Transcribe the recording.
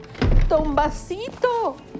Tombasito